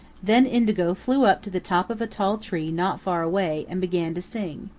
then indigo flew up to the top of a tall tree not far away and began to sing.